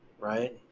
right